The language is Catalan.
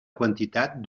quantitat